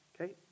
okay